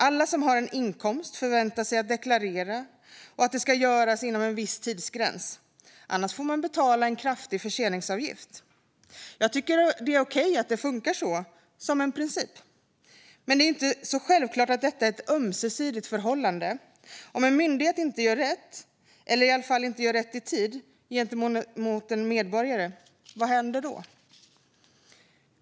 Alla som har en inkomst förväntas deklarera, och detta ska göras inom en viss tidsgräns - annars får man betala en kraftig förseningsavgift. Jag tycker att det är okej att det funkar så, som princip, men det är inte så självklart att detta är ett ömsesidigt förhållande. Vad händer om en myndighet inte gör rätt, eller i alla fall inte gör rätt i tid, gentemot en medborgare?